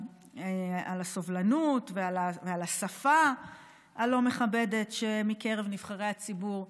הסובלנות ועל השפה הלא-מכבדת מקרב נבחרי הציבור.